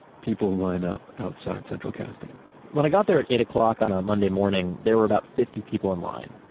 people line up outside central casting when i got there at eight o'clock on a monday morning, there were about fifty people in line.